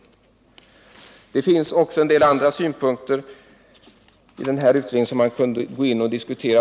Det finns också en del andra synpunkter i den här utredningen som man kunde diskutera.